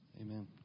Amen